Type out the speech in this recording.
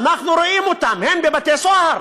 אנחנו רואים אותם, הם בבתי-סוהר.